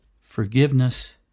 Forgiveness